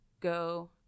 Go